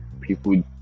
people